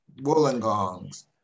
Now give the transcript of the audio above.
Wollongongs